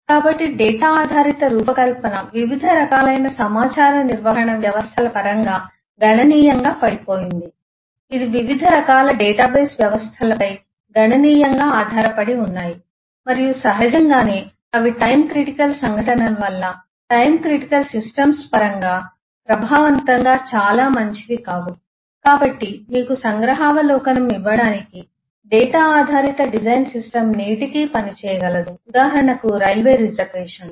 కాబట్టి డేటా ఆధారిత రూపకల్పన వివిధ రకాలైన సమాచార నిర్వహణ వ్యవస్థల పరంగా గణనీయంగా పడిపోయింది ఇవి వివిధ రకాల డేటాబేస్ వ్యవస్థలపై గణనీయంగా ఆధారపడి ఉన్నాయి మరియు సహజంగానే అవి టైమ్ క్రిటికల్ సంఘటనల టైమ్ క్రిటికల్ సిస్టమ్స్ పరంగా ప్రభావవంతంగా చాలా మంచివి కావు కాబట్టి మీకు సంగ్రహావలోకనం ఇవ్వడానికి డేటా ఆధారిత డిజైన్ సిస్టమ్ నేటికీ పని చేయగలదు ఉదాహరణకు రైల్వే రిజర్వేషన్లు